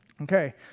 Okay